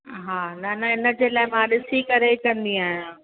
हा न न इन जे लाइ मां ॾिसी करे ई कंदी आहियां